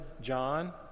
John